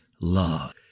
love